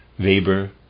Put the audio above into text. Weber